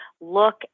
look